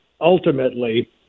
ultimately